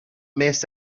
miss